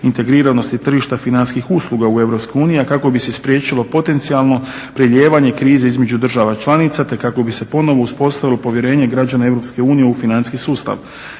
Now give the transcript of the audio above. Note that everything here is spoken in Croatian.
integriranosti tržišta financijskih usluga u Europskoj uniji a kako bi se spriječilo potencijalno prelijevanje krize između država članica te kako bi se ponovno uspostavilo povjerenje građana Europske unije